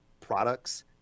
products